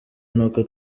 nuko